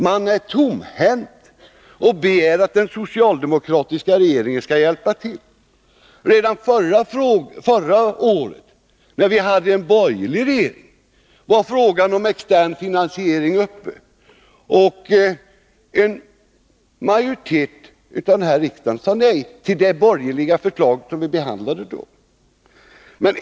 Man är tomhänt och begär att den socialdemokratiska regeringen skall hjälpa till. Redan förra året, när vi hade en borgerlig regering, var frågan om extern finansiering uppe till behandling, men en majoritet i riksdagen sade då nej till det borgerliga förslaget.